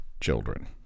children